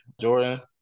Jordan